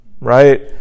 Right